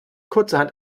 kurzerhand